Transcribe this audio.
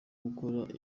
gukora